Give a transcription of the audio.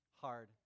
hard